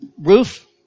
roof